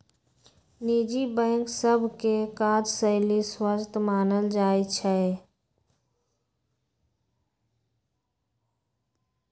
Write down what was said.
निजी बैंक सभ के काजशैली स्वस्थ मानल जाइ छइ